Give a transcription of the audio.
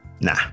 Nah